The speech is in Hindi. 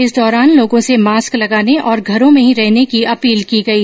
इस दौरान लोगों से मास्क लगाने और घरों में ही रहने की अपील की गई